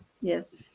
Yes